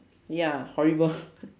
ya horrible